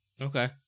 Okay